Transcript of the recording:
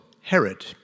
Herod